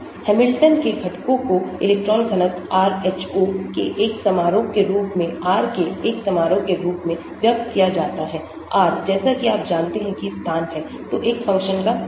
Hamilton के घटकों को इलेक्ट्रॉन घनत्व rho के एक समारोह के रूप में r के एक समारोह के रूप में व्यक्त किया जाता है r जैसा कि आप जानते हैं कि स्थान है तो एक फ़ंक्शन का कार्य